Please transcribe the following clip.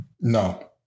No